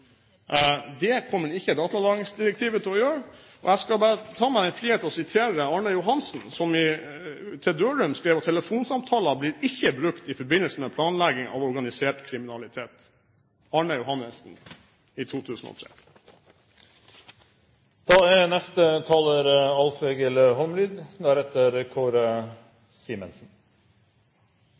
Det kommer ikke datalagringsdirektivet til å gjøre. Jeg skal ta meg den frihet å sitere Arne Johannessen – i 2003 – som skrev til Dørum at telefonsamtaler ikke blir brukt i forbindelse med planlegging av organisert kriminalitet. Dette er ei sak som vil setje kraftige spor etter seg i